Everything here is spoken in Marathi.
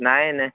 नाही ना